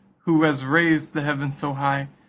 who has raised the heavens so high,